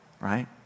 right